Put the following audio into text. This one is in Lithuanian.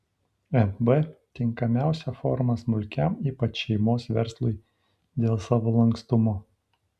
mb tinkamiausia forma smulkiam ypač šeimos verslui dėl savo lankstumo